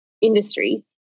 industry